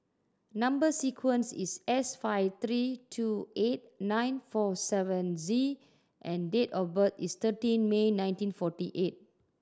number sequence is S five three two eight nine four seven Z and date of birth is thirteen May nineteen forty eight